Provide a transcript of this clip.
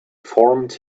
formed